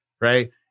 right